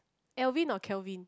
Alvin or Kelvin